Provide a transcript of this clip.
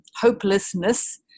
hopelessness